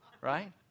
Right